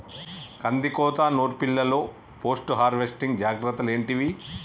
కందికోత నుర్పిల్లలో post harvesting జాగ్రత్తలు ఏంటివి?